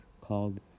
called